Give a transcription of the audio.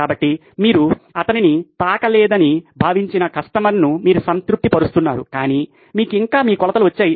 కాబట్టి మీరు అతనిని తాకలేదని భావించిన కస్టమర్ను మీరు సంతృప్తిపరుస్తున్నారు కానీ మీకు ఇంకా మీ కొలతలు వచ్చాయి